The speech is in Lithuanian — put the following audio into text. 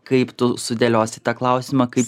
kaip tu sudėliosi tą klausimą kaip